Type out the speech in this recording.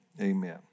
Amen